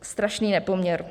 Strašný nepoměr.